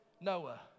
Noah